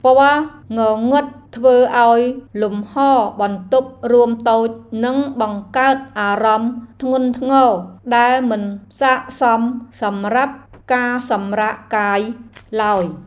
ពណ៌ងងឹតធ្វើឱ្យលំហរបន្ទប់រួមតូចនិងបង្កើតអារម្មណ៍ធ្ងន់ធ្ងរដែលមិនស័ក្តិសមសម្រាប់ការសម្រាកកាយឡើយ។